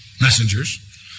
messengers